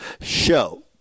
show